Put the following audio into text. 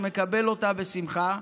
שמקבל אותה בשמחה,